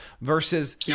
versus